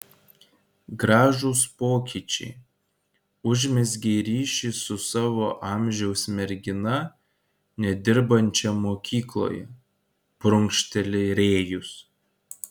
gražūs pokyčiai užmezgei ryšį su savo amžiaus mergina nedirbančia mokykloje prunkšteli rėjus